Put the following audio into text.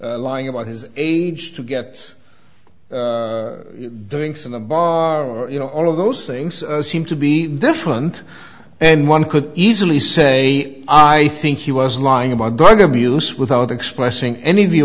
lying about his age to get drinks in a bar you know all of those things seem to be different and one could easily say i think he was lying about drug abuse without expressing any view